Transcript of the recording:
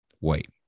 wait